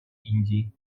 индии